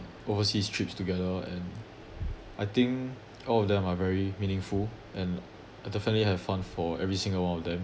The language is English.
overseas trips together and I think all of them are very meaningful and I definitely have fun for every single one of them